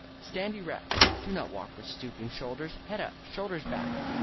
stand erect. do not walk with stooping shoulders. head up, shoulders back!